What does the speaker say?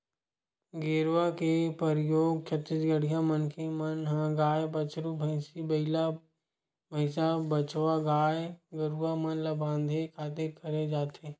गेरवा के परियोग छत्तीसगढ़िया मनखे मन ह गाय, बछरू, भंइसी, बइला, भइसा, बछवा गाय गरुवा मन ल बांधे खातिर करे जाथे